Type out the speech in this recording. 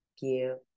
give